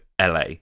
LA